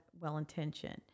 well-intentioned